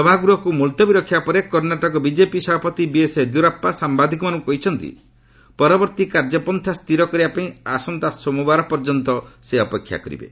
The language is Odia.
ସଭାଗୃହକୁ ମୁଲତବୀ ରଖିବା ପରେ କର୍ଷାଟକ ବିଜେପି ସଭାପତି ବିଏସ୍ ୟେଦିୟୁରାପ୍ପା ସାମ୍ବାଦିକମାନଙ୍କୁ କହିଛନ୍ତି ପରବର୍ତ୍ତୀ କାର୍ଯ୍ୟପନ୍ଥା ସ୍ଥିର କରିବାପାଇଁ ଆସନ୍ତା ସେମାବାର ପର୍ଯ୍ୟନ୍ତ ସେ ଅପେକ୍ଷା କରିବେ